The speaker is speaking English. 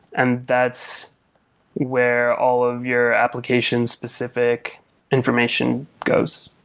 and that's where all of your application-specific information goes.